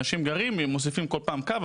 כל פעם מוסיפים עוד איזה שהוא קו,